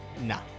No